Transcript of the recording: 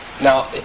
Now